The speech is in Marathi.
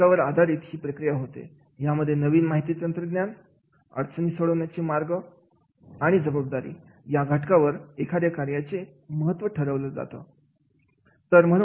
तीन घटकावर आधारित ही प्रक्रिया होती यामध्ये नवीन माहिती तंत्रज्ञान अडचण सोडवण्याचे मार्ग जबाबदारी या घटकांवर एखाद्या कार्याचे महत्त्व ठरवलं गेलं